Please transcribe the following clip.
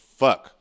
fuck